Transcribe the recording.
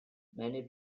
many